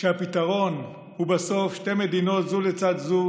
שהפתרון הוא בסוף שתי מדינות זו לצד זו